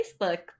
Facebook